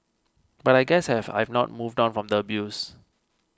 but I guess I have I've not moved on from the abuse